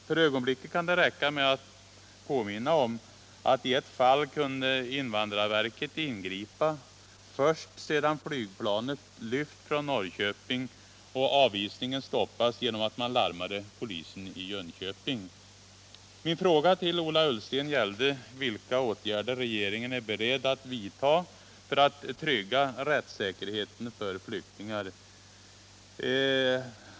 För ögonblicket kan det räcka med att påminna om att i ett fall kunde invandrarverket ingripa först sedan flygplanet lyft från Norrköping och avvisningen stoppas genom att man larmade polisen i Jönköping. Min fråga till Ola Ullsten gällde vilka åtgärder regeringen är beredd att vidta för att skydda rättssäkerheten för flyktingar.